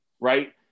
right